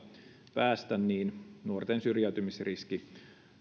päästä nuorten syrjäytymisriski